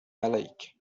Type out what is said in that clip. عليك